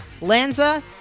Lanza